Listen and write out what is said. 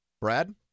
Brad